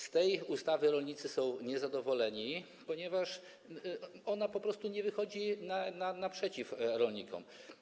Z tej ustawy natomiast rolnicy są niezadowoleni, ponieważ ona po prostu nie wychodzi naprzeciw rolnikom.